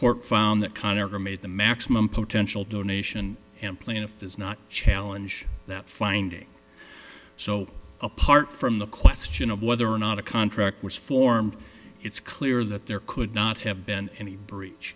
court found that connor made the maximum potential donation and plaintiff does not challenge that finding so apart from the question of whether or not a contract was formed it's clear that there could not have been any breach